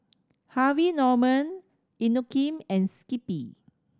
Harvey Norman Inokim and Skippy